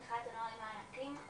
ממחאת הנוער למען האקלים,